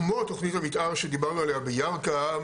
כמו תוכנית המתאר שדיברנו עליה בירכא,